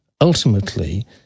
Ultimately